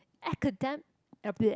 academ~ uh bleagh